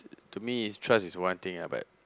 to me is trust is one thing lah but